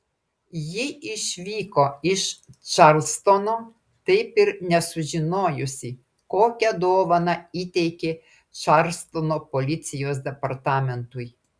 ji išvyko iš čarlstono taip ir nesužinojusi kokią dovaną įteikė čarlstono policijos departamentui